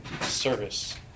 Service